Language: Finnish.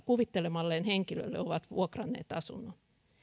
kuvittelemalleen henkilölle ovat vuokranneet asunnon